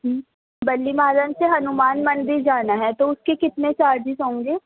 بلی ماران سے ہنومان مندر جانا ہے تو اس کے کتنے چارجز ہوں گے